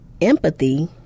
empathy